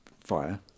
fire